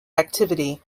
activity